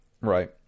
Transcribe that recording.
Right